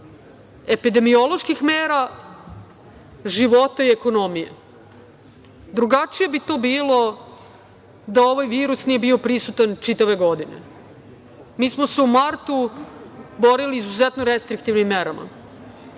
epidemioloških mera, života i ekonomije. Drugačije bi to bilo da ovaj virus nije bio prisutan čitave godine. Mi smo se u martu borili izuzetno restriktivnim merama,